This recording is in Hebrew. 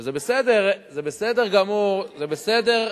שזה בסדר גמור, בית-המשפט לא,